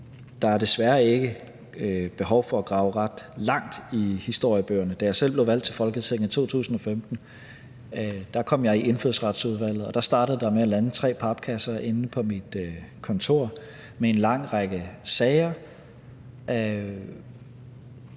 der er desværre ikke behov for at grave ret langt ned i historiebøgerne. Da jeg selv blev valgt til Folketinget i 2015, kom jeg i Indfødsretsudvalget, og det startede med, at der inde på mit kontor landede tre papkasser med en lang række sager om